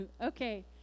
Okay